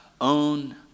own